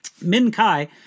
Min-Kai